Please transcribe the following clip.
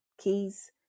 keys